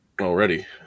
already